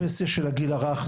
ואומרים לו זה בדיון אחר,